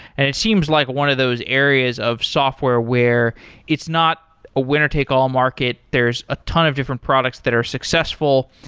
and it seems like one of those areas of software where it's not a winner take all market, there's a ton of different products that are successful,